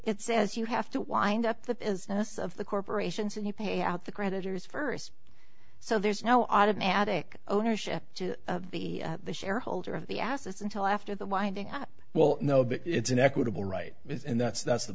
it says you have to wind up the business of the corporations and you pay out the creditors first so there's no automatic ownership to be the shareholder of the assets until after the winding up well no but it's an equitable right it's and that's that's the